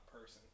person